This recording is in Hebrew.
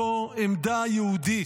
זו עמדה יהודית.